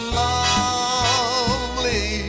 lovely